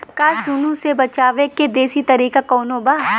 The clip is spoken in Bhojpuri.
का सूंडी से बचाव क देशी तरीका कवनो बा?